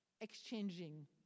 Exchanging